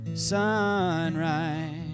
Sunrise